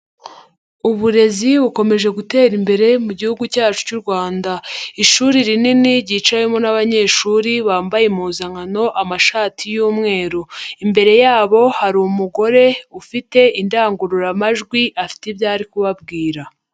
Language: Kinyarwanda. Uburezi bukomeje gutera imbere mu Gihugu cyacu cy'u Rwanda, ishuri rinini ryicawemo n'abanyeshuri bambaye impuzankano amashati y'umweru, imbere yabo hari umugore ufite indangururamajwi afite ibyo ari kubabwira.